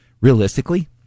Realistically